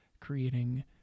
creating